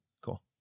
cool